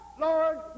lord